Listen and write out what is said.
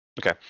Okay